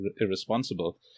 irresponsible